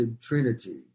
Trinity